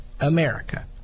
America